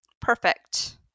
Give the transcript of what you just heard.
perfect